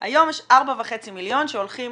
היום יש 4.5 מיליון שהולכים